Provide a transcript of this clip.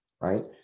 right